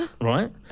right